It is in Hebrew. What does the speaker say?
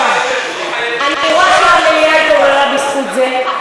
אני רואה שהמליאה התעוררה בזכות זה.